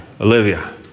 Olivia